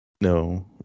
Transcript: no